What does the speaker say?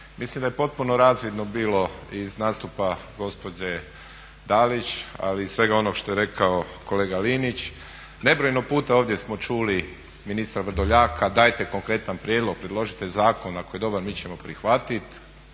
Mislim da je potpuno razvidno bilo iz nastupa gospođe Dalić, ali i svega onog što je rekao kolega Linić, nebrojeno puta ovdje smo čuli ministra Vrdoljaka, dajte konkretan prijedlog, predložite zakon, ako je dobar mi ćemo prihvatit,